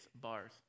bars